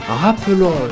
rappelons